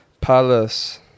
Palace